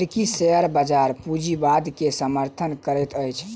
अमेरिकी शेयर बजार पूंजीवाद के समर्थन करैत अछि